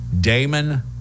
Damon